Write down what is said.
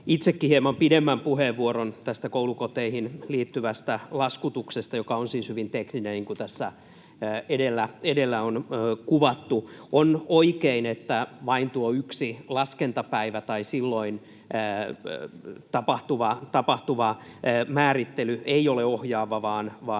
itsekin hieman pidemmän puheenvuoron tästä koulukoteihin liittyvästä laskutuksesta, joka on siis hyvin tekninen, niin kuin tässä edellä on kuvattu. On oikein, että vain tuo yksi laskentapäivä tai silloin tapahtuva määrittely ei ole ohjaava vaan